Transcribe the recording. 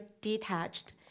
detached